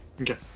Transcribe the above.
Okay